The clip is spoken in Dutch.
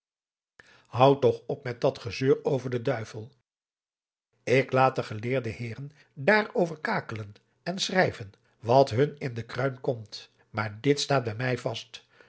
houdt toch op met dat geleuter over den duivel ik laat de geleerde heeren daarover kakelen en schrijven wat hun in de kruin komt maar dit staat bij mij vast